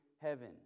heaven